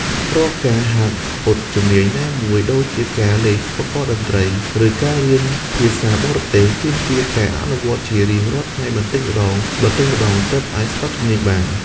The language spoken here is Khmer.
រាល់ ការហាត់ពត់ជំនាញណាមួយ ដូចជាការលេងឧបករណ៍តន្ត្រី ឬការរៀនភាសាបរទេស ទាមទារការអនុវត្តជារៀងរាល់ថ្ងៃម្ដងបន្តិចៗ ទើបអាចស្ទាត់ជំនាញបាន។